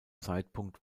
zeitpunkt